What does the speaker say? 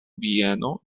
bieno